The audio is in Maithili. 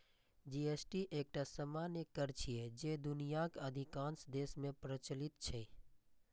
जी.एस.टी एकटा सामान्य कर छियै, जे दुनियाक अधिकांश देश मे प्रचलित छै